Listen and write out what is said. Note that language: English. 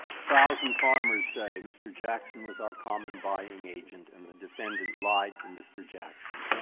a thousand farmers say, mr. jackson was our common buying agent, and the defendant lied to mr. jackson,